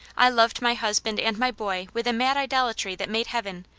i loved my husband and my boy with a mad idolatry that made heaven,